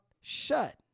shut